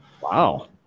wow